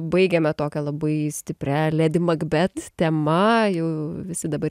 baigiame tokia labai stipria ledi makbet tema jau visi dabar